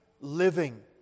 living